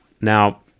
Now